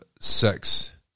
sex